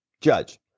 judge